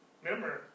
Remember